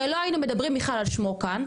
הרי לא היינו מדברים בכלל על שמו כאן,